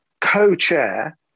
co-chair